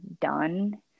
done